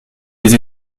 des